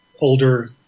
older